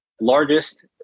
largest